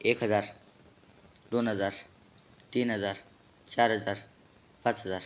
एक हजार दोन हजार तीन हजार चार हजार पाच हजार